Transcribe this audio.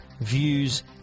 views